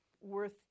worth